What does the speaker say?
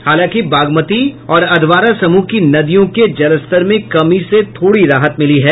हालांकि बागमती और अधवारा समूह की नदियों के जलस्तर में कमी से थोड़ी राहत मिली है